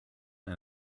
and